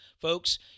Folks